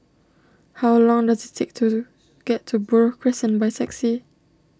how long does it take to get to Buroh Crescent by taxi